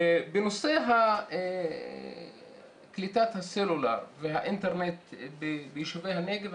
בנושא קליטת הסלולר והאינטרנט ביישובי הנגב,